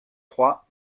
trois